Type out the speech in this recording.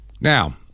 Now